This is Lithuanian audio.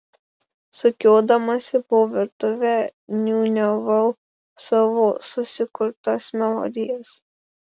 sukiodamasi po virtuvę niūniavau savo susikurtas melodijas